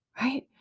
right